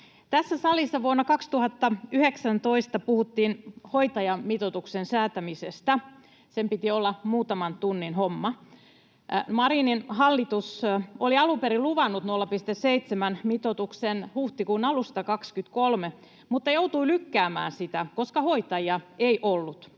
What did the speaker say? Tässä salissa vuonna 2019 puhuttiin hoitajamitoituksen säätämisestä. Sen piti olla muutaman tunnin homma. Marinin hallitus oli alun perin luvannut 0,7:n mitoituksen huhtikuun alusta 23 mutta joutui lykkäämään sitä, koska hoitajia ei ollut.